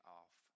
off